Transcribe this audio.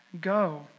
go